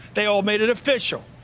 they all made it official.